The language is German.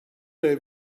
der